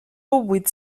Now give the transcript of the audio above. huit